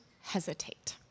hesitate